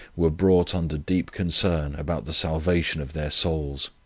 were brought under deep concern about the salvation of their souls.